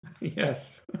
Yes